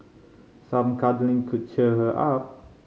some cuddling could cheer her up